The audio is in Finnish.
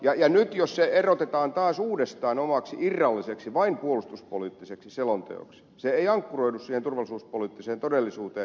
ja nyt jos se erotetaan taas uudestaan omaksi irralliseksi kokonaisuudekseen on vain puolustuspoliittinen selonteko se ei ankkuroidu siihen turvallisuuspoliittiseen todellisuuteen